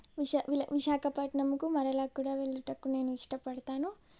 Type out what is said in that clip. విశా విలా విశాఖపట్నంకు మళ్ళీ కూడా వెళ్ళుటకు నేను ఇష్టపడతాను